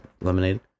lemonade